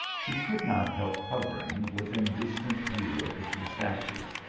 he could not help hovering within distant view of the two statues,